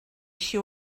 així